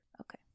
Okay